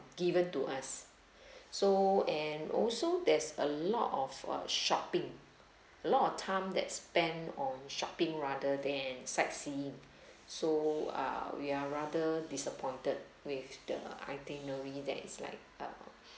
given to us so and also there's a lot of uh shopping a lot of time that spend on shopping rather than sightseeing so uh we are rather disappointed with the itinerary that is like uh